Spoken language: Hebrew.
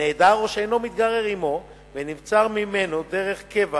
נעדר או שאינו מתגורר עמו ונבצר ממנו דרך קבע